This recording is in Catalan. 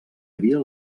havia